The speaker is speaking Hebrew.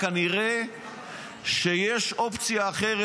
כנראה שיש אופציה אחרת,